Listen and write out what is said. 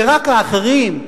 ורק האחרים,